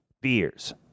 beers